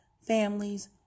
families